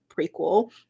prequel